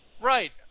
Right